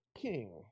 king